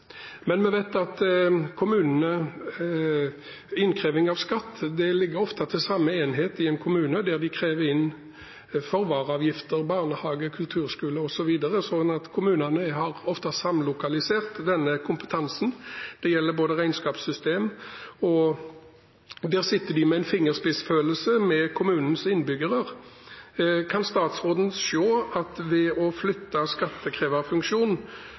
Vi vet at innkreving av skatt ofte ligger til den samme enheten i en kommune, hvor de krever inn avgifter for VAR-tjenester, barnehage, kulturskole osv. Så kommunene har ofte samlokalisert denne kompetansen. Det gjelder også for regnskapssystemet. Der sitter man da med en fingerspissfølelse for kommunens innbyggere. Kan statsråden se at et fagmiljø står i fare for å